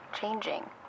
changing